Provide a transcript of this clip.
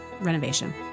renovation